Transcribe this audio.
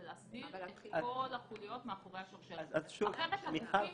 להסדיר את כל החוליות מאחורי השרשרת הזו אחרת הגופים